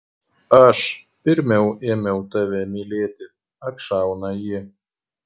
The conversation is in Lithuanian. aš pirmiau ėmiau tave mylėti atšauna ji